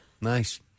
Nice